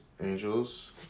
Angels